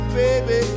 baby